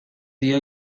día